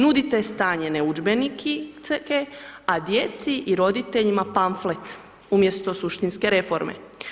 Nudite stanjene udžbenike a djeci i roditeljima pamflet umjesto suštinske reforme.